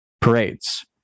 parades